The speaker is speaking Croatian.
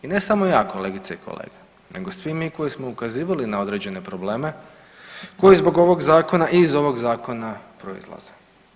I ne samo ja kolegice i kolege, nego svi mi koji smo ukazivali na određene probleme, koji zbog ovog zakona i iz ovog zakona proizlaze.